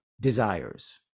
desires